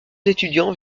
étudiants